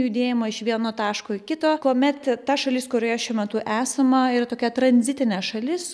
judėjimą iš vieno taško į kito kuomet ta šalis kurioje šiuo metu esama yra tokia tranzitine šalis